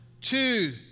two